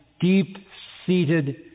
deep-seated